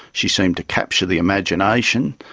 she seemed to capture the imagination,